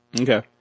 Okay